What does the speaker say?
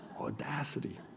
Audacity